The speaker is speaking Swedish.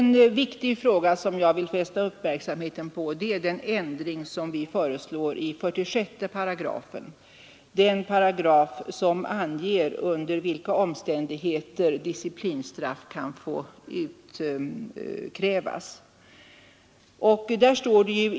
En viktig fråga, som jag vill fästa uppmärksamheten på, är den ändring vi föreslår i 46 §, som anger under vilka omständigheter disciplinstraff kan få utkrävas.